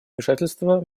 вмешательство